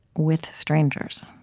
with strangers.